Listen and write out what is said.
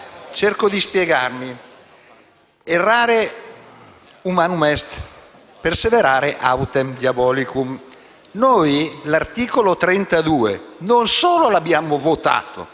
Cerco di spiegarmi: *errare humanum est, perseverare autem diabolicum*, e noi l'articolo 32, non solo lo abbiamo votato,